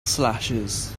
slashes